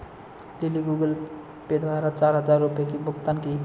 lily Google Pay द्वारा चार हजार रुपए की भुगतान की